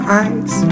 eyes